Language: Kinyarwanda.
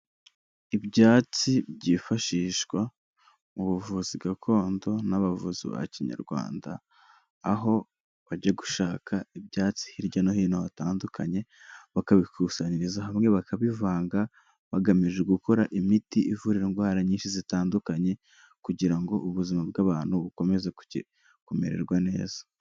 Ibyatsi byifashishwa mu buvuzi gakondo n'abavuzi ba Kinyarwanda. Aho bajya gushaka ibyatsi hirya no hino hatandukanye bakabikusanyiriza hamwe bakabivanga, bagamije gukora imiti ivura indwara nyinshi zitandukanye kugira ngo ubuzima bw'abantu bukomeze kumererwa neza.